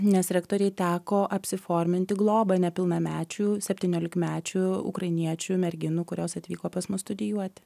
nes rektorei teko apsiforminti globą nepilnamečių septyniolikmečių ukrainiečių merginų kurios atvyko pas mus studijuoti